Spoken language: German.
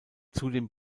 zudem